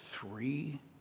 three